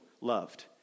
loved